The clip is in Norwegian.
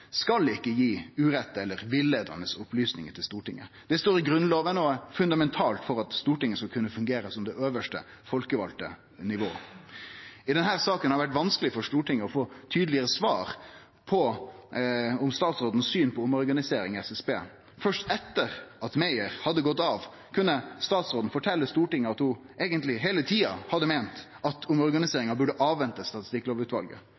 skal ikkje gi uriktige eller villeiande opplysningar til Stortinget. Det står i Grunnlova og er fundamentalt for at Stortinget skal kunne fungere som det øvste folkevalde nivået. I denne saka har det vore vanskeleg for Stortinget å få tydelege svar om statsråden sitt syn på omorganiseringa i SSB. Først etter at Meyer hadde gått av, kunne statsråden fortelje Stortinget at ho eigentleg heile tida hadde meint at omorganiseringa burde ha venta på Statistikklovutvalet